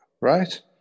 right